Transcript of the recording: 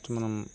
first మనం